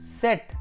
set